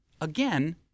Again